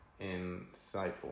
insightful